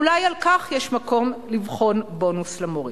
אולי על כך יש מקום לבחון בונוס למורים.